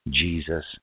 Jesus